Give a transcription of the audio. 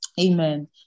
amen